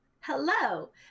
Hello